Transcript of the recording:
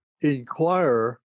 inquire